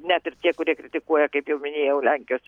net ir tie kurie kritikuoja kaip jau minėjau lenkijos